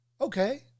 Okay